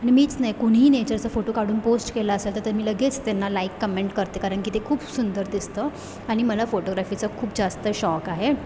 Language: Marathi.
आणि मीच नाही कुणीही नेचरचा फोटो काढून पोस्ट केला असेल तर तर मी लगेच त्यांना लाईक कमेंट करते कारण की ते खूप सुंदर दिसतं आणि मला फोटोग्राफीचं खूप जास्त शॉक आहे